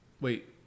wait